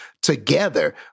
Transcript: together